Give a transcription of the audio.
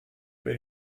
per